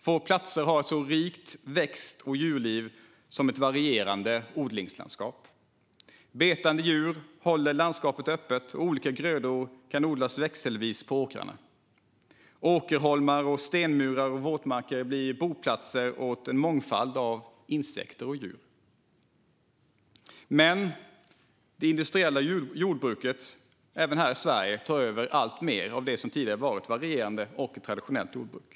Få platser har ett så rikt växt och djurliv som ett varierat odlingslandskap. Betande djur håller landskapet öppet, och olika grödor kan odlas växelvis på åkrarna. Åkerholmar, stenmurar och våtmarker blir boplatser åt en mångfald av insekter och djur. Men det industriella jordbruket tar även här i Sverige över alltmer av det som tidigare har varit ett varierat och traditionellt jordbruk.